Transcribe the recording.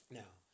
now